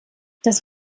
das